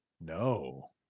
No